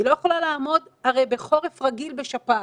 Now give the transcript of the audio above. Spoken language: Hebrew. הרי היא לא יכולה לעמוד בחורף רגיל בשפעת,